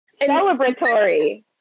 celebratory